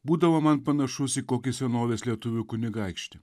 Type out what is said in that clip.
būdavo man panašus į kokį senovės lietuvių kunigaikštį